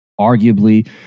arguably